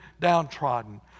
downtrodden